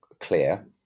clear